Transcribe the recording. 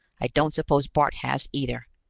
i don't suppose bart has either.